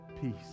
Peace